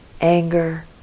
anger